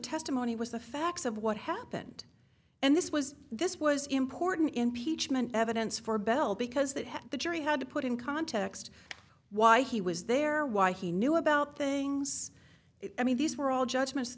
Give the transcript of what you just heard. testimony was the facts of what happened and this was this was important in pietschmann evidence for bell because that the jury had to put in context why he was there why he knew about things i mean these were all judgments